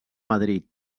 madrid